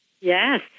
Yes